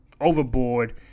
overboard